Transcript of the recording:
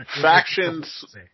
factions